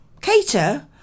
cater